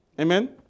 amen